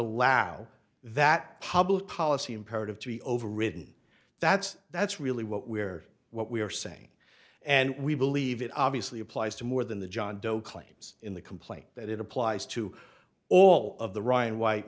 allow that public policy imperative to be overridden that's that's really what we're what we are saying and we believe it obviously applies to more than the john doe claims in the complaint that it applies to all of the ryan white